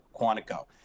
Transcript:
Quantico